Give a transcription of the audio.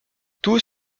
tous